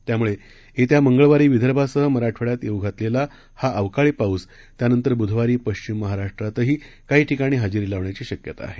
त्यामुळे येत्या मंगळवारी विदर्भासह मराठवाड्यात येऊ घातलेला हा अवकाळी पाऊस त्यानंतर बुधवारी पश्विम महाराष्ट्रातही काही ठिकाणी हजेरी लावण्याची शक्यता आहे